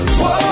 Whoa